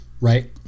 right